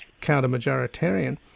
counter-majoritarian